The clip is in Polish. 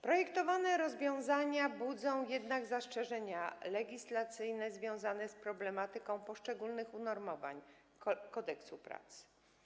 Projektowane rozwiązania budzą jednak zastrzeżenia legislacyjne związane z problematyką poszczególnych unormowań Kodeksu pracy.